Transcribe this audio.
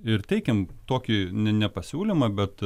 ir teikiam tokį ne nepasiūlymą bet